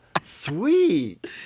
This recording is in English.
Sweet